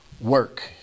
Work